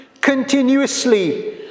continuously